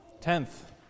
tenth